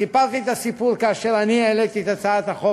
סיפרתי את הסיפור כאשר העליתי את הצעת החוק,